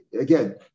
again